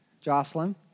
Jocelyn